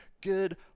good